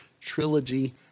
trilogy